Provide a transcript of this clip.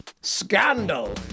Scandal